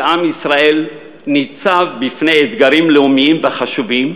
שבה עם ישראל ניצב בפני אתגרים לאומיים וחשובים,